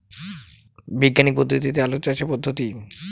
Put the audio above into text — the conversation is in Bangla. বিজ্ঞানিক পদ্ধতিতে আলু চাষের পদ্ধতি?